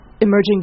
emerging